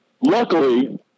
Luckily